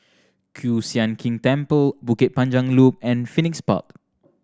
Kiew Sian King Temple Bukit Panjang Loop and Phoenix Park